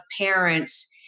parents